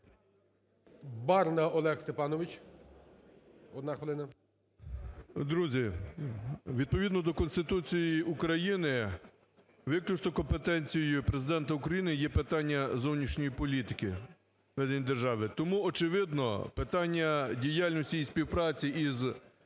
Барна Олег Степанович, одна хвилина. 13:39:52 БАРНА О.С. Друзі, відповідно до Конституції України виключно компетенцією Президента України є питання зовнішньої політики ведення держави. Тому, очевидно, питання діяльності і співпраці із